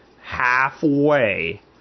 halfway